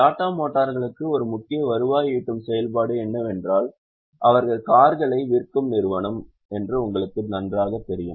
டாடா மோட்டார்களுக்கு ஒரு முக்கிய வருவாய் ஈட்டும் செயல்பாடு என்னவென்றால் அவர்கள் கார்களை விற்கும் நிறுவனம் உங்களுக்குத் தெரியும் என்று நினைக்கிறேன்